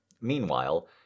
Meanwhile